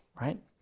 right